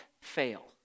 fail